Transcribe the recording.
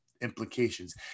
implications